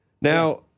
Now